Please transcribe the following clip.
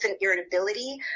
irritability